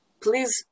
please